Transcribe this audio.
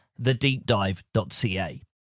TheDeepDive.ca